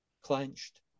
clenched